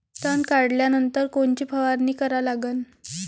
तन काढल्यानंतर कोनची फवारणी करा लागन?